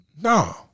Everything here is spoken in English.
No